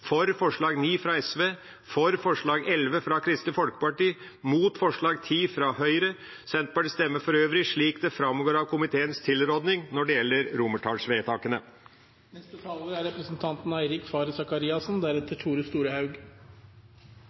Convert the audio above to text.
for forslag nr. 9, fra SV, for forslag nr. 11, fra Kristelig Folkeparti, og mot forslag nr. 10, fra Høyre. Senterpartiet stemmer for øvrig slik det framgår av komiteens tilrådning når det gjelder romertallsvedtakene.